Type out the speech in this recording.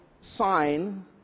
sign